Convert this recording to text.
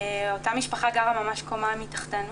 אותו משפחה גרה ממש קומה מתחתינו